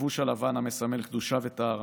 הלבוש הלבן המסמל קדושה וטהרה,